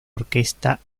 orquesta